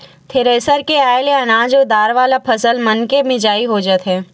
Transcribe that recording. thresher के आये ले अनाज अउ दार वाला फसल मनके मिजई हो जाथे